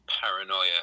paranoia